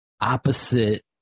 opposite